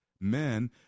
Men